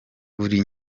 uri